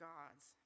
God's